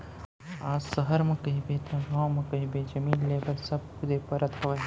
आज सहर म कहिबे तव गाँव म कहिबे जमीन लेय बर सब कुदे परत हवय